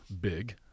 big